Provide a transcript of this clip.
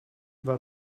war